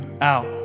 out